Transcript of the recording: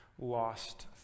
lost